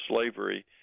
slavery